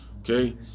Okay